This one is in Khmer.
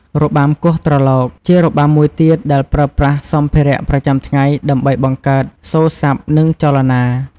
របាំគ្រោះត្រឡោក ជារបាំមួយទៀតដែលប្រើប្រាស់សម្ភារៈប្រចាំថ្ងៃដើម្បីបង្កើតសូរស័ព្ទ និងចលនា។